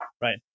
Right